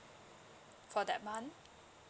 for that month